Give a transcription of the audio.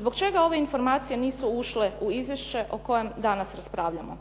Zbog čega ove informacije nisu ušle u izvješće o kojem danas raspravljamo?